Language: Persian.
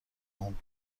اون